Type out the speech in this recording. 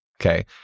okay